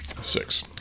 Six